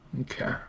Okay